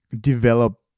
develop